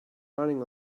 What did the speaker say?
running